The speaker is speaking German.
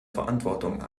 verantwortung